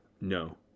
No